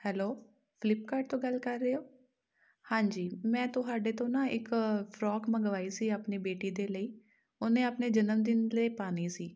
hello Flipkart ਤੋਂ ਗੱਲ ਕਰ ਰਹੇ ਹੋ ਹਾਂਜੀ ਮੈਂ ਤੁਹਾਡੇ ਤੋਂ ਨਾ ਇੱਕ ਫਰੋਕ ਮੰਗਵਾਈ ਸੀ ਆਪਣੀ ਬੇਟੀ ਦੇ ਲਈ ਉਹਨੇ ਆਪਣੇ ਜਨਮ ਦਿਨ ਲਈ ਪਾਉਣੀ ਸੀ